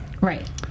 Right